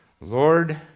Lord